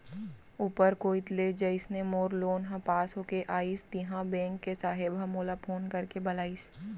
ऊपर कोइत ले जइसने मोर लोन ह पास होके आइस तिहॉं बेंक के साहेब ह मोला फोन करके बलाइस